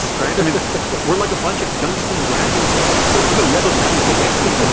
right? i mean we're like a bunch of dungeons and dragons geeks, right? i'm a level nine hayekian,